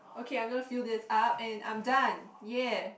okay I'm going to fill this up and I'm done ya